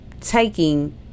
taking